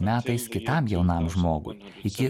metais kitam jaunam žmogui iki